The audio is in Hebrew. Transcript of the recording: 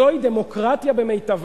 זוהי דמוקרטיה במיטבה.